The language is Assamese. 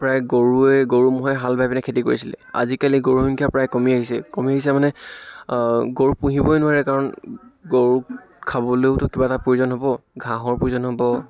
প্ৰায় গৰুৱে গৰু ম'হে হাল বাই পিনে খেতি কৰিছিলে আজিকালি গৰুৰ সংখ্য়া প্ৰায় কমি আহিছে কমি আহিছে মানে গৰু পুহিবই নোৱাৰে কাৰণ গৰুক খাবলেওটো কিবা এটা প্ৰয়োজন হ'ব ঘাঁহৰ প্ৰয়োজন হ'ব